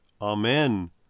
Amen